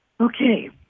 Okay